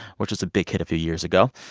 which was a big hit a few years ago.